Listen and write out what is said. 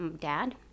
dad